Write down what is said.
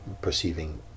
perceiving